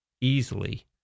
easily